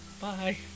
bye